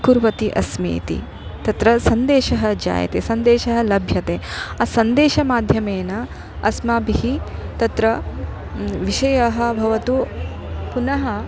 कुर्वती अस्मि इति तत्र सन्देशः जायते सन्देशः लभ्यते सन्देशमाध्यमेन अस्माभिः तत्र विषयः भवतु पुनः